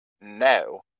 No